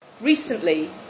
recently